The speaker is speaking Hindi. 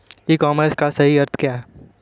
ई कॉमर्स का सही अर्थ क्या है?